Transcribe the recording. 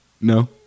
No